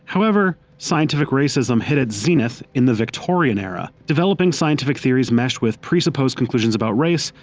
however, scientific racism hit its zenith in the victorian era. developing scientific theories meshed with presupposed conclusions about race,